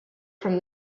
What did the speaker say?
from